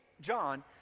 john